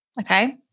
Okay